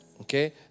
okay